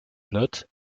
note